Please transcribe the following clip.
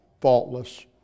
faultless